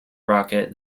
rocket